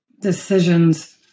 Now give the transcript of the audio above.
decisions